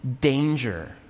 danger